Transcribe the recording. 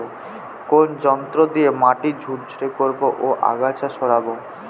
কোন যন্ত্র দিয়ে মাটি ঝুরঝুরে করব ও আগাছা সরাবো?